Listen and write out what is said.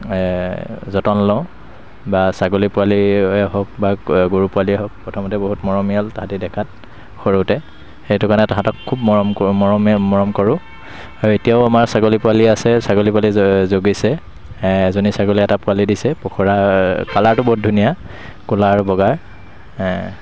যতন লওঁ বা ছাগলী পোৱালীয়ে হওক বা গৰু পোৱালীয়ে হওক প্ৰথমতে বহুত মৰমীয়াল তাহাঁতি দেখাত সৰুতে সেইটো কাৰণে তাহাঁতক খুব মৰম কৰোঁ মৰমে মৰম কৰোঁ এতিয়াও আমাৰ ছাগলী পোৱালী আছে ছাগলী পোৱালী জ জগিছে এজনী ছাগলীয়ে এটা পোৱালী দিছে পখৰা কালাৰটো বহুত ধুনীয়া ক'লা আৰু বগা